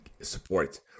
Support